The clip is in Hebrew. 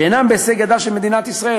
שאינם בהישג ידה של מדינת ישראל.